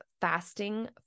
Fasting